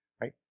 right